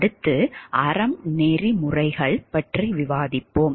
அடுத்து அறம் நெறிமுறைகள் பற்றி விவாதிப்போம்